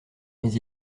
mais